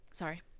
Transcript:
Sorry